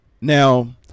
now